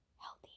healthy